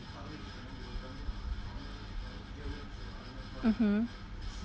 mmhmm